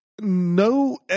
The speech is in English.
no